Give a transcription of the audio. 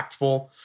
impactful